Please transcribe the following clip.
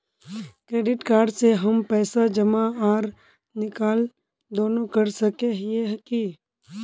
Credit card से हम पैसा जमा आर निकाल दोनों कर सके हिये की?